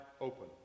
open